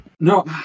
No